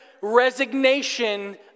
resignation